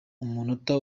umunota